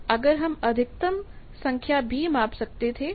अगर हम अधिकतम संख्या भी माप सकते थे